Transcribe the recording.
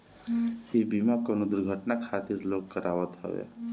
इ बीमा कवनो दुर्घटना खातिर लोग करावत हवे